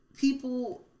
people